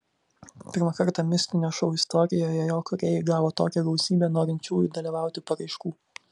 pirmą kartą mistinio šou istorijoje jo kūrėjai gavo tokią gausybę norinčiųjų dalyvauti paraiškų